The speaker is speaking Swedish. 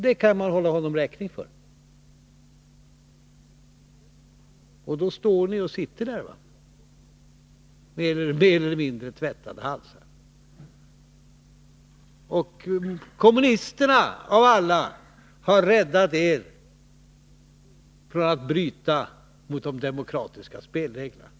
— Det kan man hålla honom räkning för. Därmed står och sitter ni där med era mer eller mindre tvättade halsar, och kommunisterna av alla har räddat er från att bryta mot de demokratiska spelreglerna!